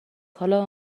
حالا